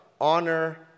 Honor